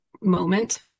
moment